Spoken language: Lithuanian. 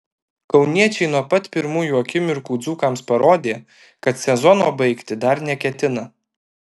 kauniečiai nuo pat pirmųjų akimirkų dzūkams parodė kad sezono baigti dar neketina